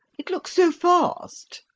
it looks so fast!